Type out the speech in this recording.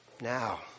Now